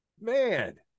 Man